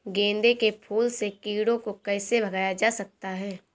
गेंदे के फूल से कीड़ों को कैसे भगाया जा सकता है?